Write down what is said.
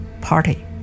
party